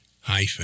hyphen